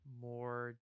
more